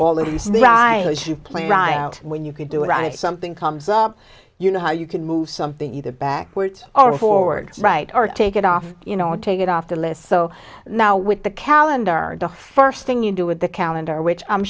plan when you can do it something comes up you know how you can move something either backward or forward right or take it off you know take it off the list so now with the calendar the first thing you do with the calendar which i'm